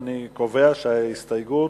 אני קובע שסעיף 3,